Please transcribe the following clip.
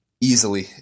easily